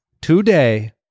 today